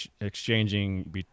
exchanging